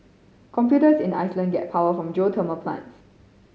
computers in Iceland get power from geothermal plants